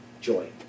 joy